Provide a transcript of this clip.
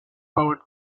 powered